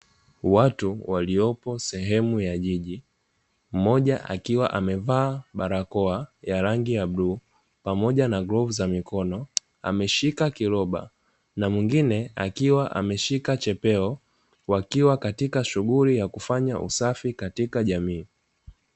Watu waliopo sehemu ya jiji, mmoja akiwa amevaa barakoa ya rangi ya bluu pamoja na glovu za mikono ameshika kiroba, na mwingine akiwa ameshika chepeo; wakiwa katika shughuli ya kufanya usafi katika jamii.